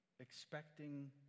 Expecting